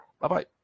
Bye-bye